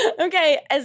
Okay